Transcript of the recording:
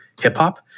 hip-hop